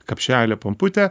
kapšelį pomputę